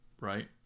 right